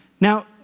Now